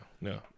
no